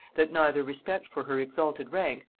that neither respect for her exalted rank,